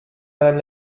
madame